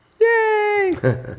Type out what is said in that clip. Yay